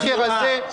שמן כרזה.